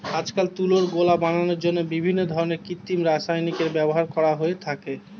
আজকাল তুলোর গোলা বানানোর জন্য বিভিন্ন ধরনের কৃত্রিম রাসায়নিকের ব্যবহার করা হয়ে থাকে